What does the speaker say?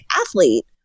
athlete